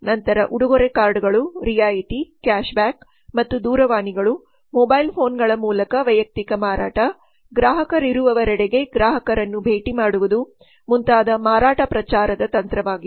ನಂತರ ಉಡುಗೊರೆ ಕಾರ್ಡ್ಗಳು ರಿಯಾಯಿತಿ ಕ್ಯಾಶ್ ಬ್ಯಾಕ್ ಮತ್ತು ದೂರವಾಣಿಗಳು ಮೊಬೈಲ್ ಫೋನ್ಗಳ ಮೂಲಕ ವೈಯಕ್ತಿಕ ಮಾರಾಟ ಗ್ರಾಹಕರಿರುವರೆಡೆಗೆ ಗ್ರಾಹಕರನ್ನು ಭೇಟಿ ಮಾಡುವುದು ಮುಂತಾದ ಮಾರಾಟ ಪ್ರಚಾರದ ತಂತ್ರವಾಗಿದೆ